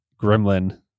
Gremlin